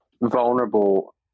vulnerable